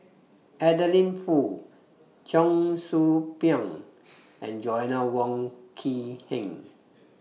Adeline Foo Cheong Soo Pieng and Joanna Wong Quee Heng